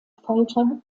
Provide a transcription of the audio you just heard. folter